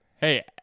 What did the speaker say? hey